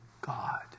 God